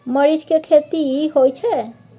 मरीच के खेती होय छय?